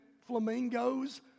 flamingos